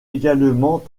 également